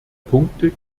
punkte